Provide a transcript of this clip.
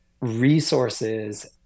resources